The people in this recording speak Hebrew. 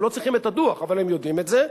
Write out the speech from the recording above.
הם לא צריכים את הדוח, אבל הם יודעים את זה.